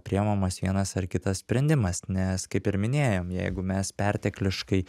priimamas vienas ar kitas sprendimas nes kaip ir minėjom jeigu mes pertekliškai